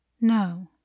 No